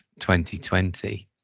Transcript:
2020